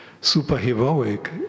super-heroic